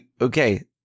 Okay